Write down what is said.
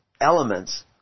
elements